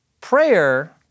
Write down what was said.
Prayer